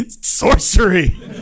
sorcery